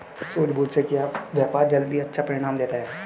सूझबूझ से किया गया व्यापार जल्द ही अच्छा परिणाम देता है